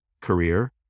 career